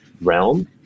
realm